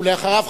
ולאחריו,